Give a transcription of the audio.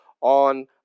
on